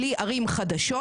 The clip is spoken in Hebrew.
בלי ערים חדשות,